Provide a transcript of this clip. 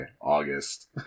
August